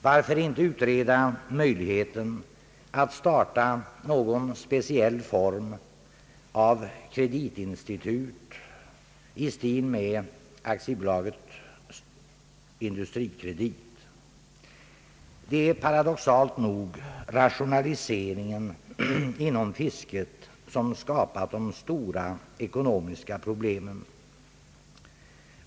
Varför inte utreda möjligheten att starta någon speciell form av kreditinstitut i stil med AB Industrikredit? Det är paradoxalt nog rationaliseringen inom fisket, som skapat de stora ekonomiska problemen.